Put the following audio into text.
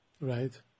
Right